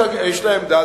יש לה עמדה,